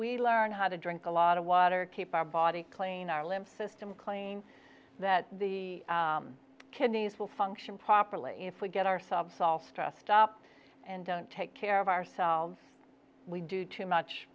we learn how to drink a lot of water keep our body clean our lymph system clean that the kidneys will function properly if we get ourselves all stressed up and don't take care of ourselves we do too much